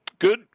Good